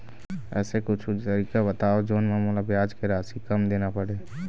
ऐसे कुछू तरीका बताव जोन म मोला ब्याज के राशि कम देना पड़े?